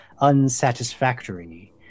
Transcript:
unsatisfactory